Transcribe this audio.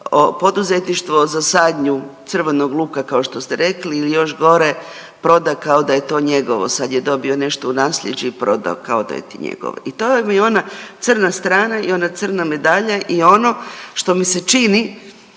poduzetništvo za sadnju crvenog luka kao što ste rekli ili još gore proda kao da je to njegovo, sad je dobio nešto u nasljeđe i prodao kao da je to njegovo. I to vam je ona crna strana i ona crna medalja i ono što mi se čini